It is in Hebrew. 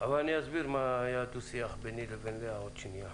יש פה השתלשלות אירועים שכל דבר משפיע על השני.